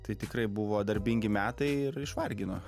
tai tikrai buvo darbingi metai ir išvargino